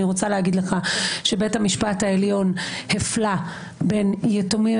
אני רוצה להגיד לך שבית המשפט העליון הפלה בין יתומים